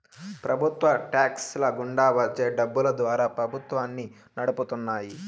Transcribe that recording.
ప్రభుత్వ టాక్స్ ల గుండా వచ్చే డబ్బులు ద్వారా ప్రభుత్వాన్ని నడుపుతున్నాయి